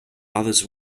others